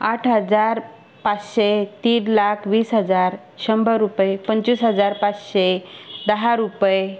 आठ हजार पाचशे तीन लाख वीस हजार शंभर रुपये पंचवीस हजार पाचशे दहा रुपये